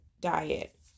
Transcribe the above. diet